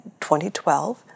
2012